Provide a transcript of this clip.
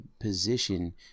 position